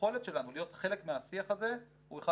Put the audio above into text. היכולת שלנו להיות חלק מהשיח הזה הוא אחד